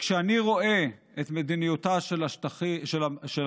כשאני רואה את מדיניותה של הממשלה